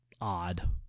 odd